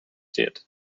did